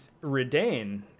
Redain